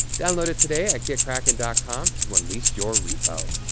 download it today, at gitkraken dot com to unleash your repo!